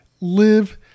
live